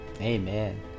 Amen